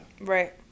Right